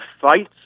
fights